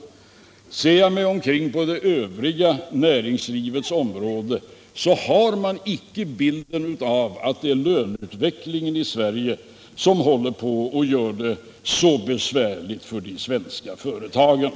Men ser man sig omkring i den svenska företagsamheten på övriga avsnitt av näringslivet får man inte intrycket att det är löneutvecklingen i Sverige som håller på att göra det besvärligt för de svenska företagen.